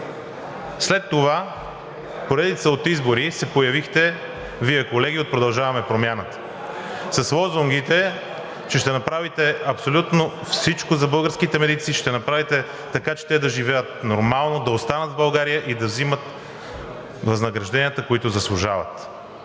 След това в поредица от избори се появихте Вие, колеги от „Продължаваме Промяната“, с лозунгите, че ще направите абсолютно всичко за българските медици, ще направите така, че те да живеят нормално, да останат в България и да взимат възнагражденията, които заслужават.